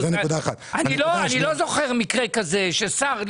אני לא זוכר מקרה כזה ששר,